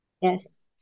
Yes